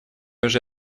уже